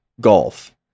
golf